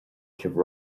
sibh